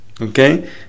Okay